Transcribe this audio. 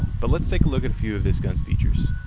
but let's take a look at a few of this gun's features.